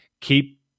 keep